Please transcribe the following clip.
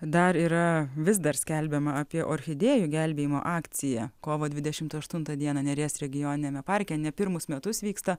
dar yra vis dar skelbiama apie orchidėjų gelbėjimo akciją kovo dvidešimt aštuntą dieną neries regioniniame parke ne pirmus metus vyksta